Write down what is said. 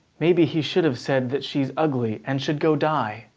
maybe he should have said that she's ugly and should go die.